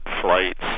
flights